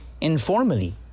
informally